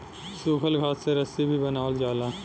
सूखल घास से रस्सी भी बनावल जाला